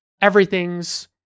everything's